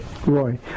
Roy